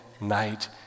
night